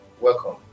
Welcome